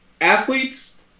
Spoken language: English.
athletes